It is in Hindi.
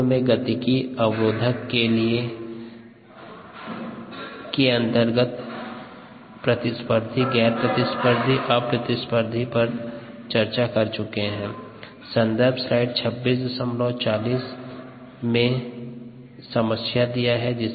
पूर्व में गतिकी अवरोधक के अंतर्गत प्रतिस्पर्धी गैर प्रतिस्पर्धी और अप्रतिस्पर्धी पर चर्चा कर चुके है